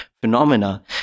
phenomena